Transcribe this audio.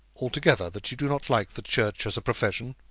altogether that you do not like the church as a profession,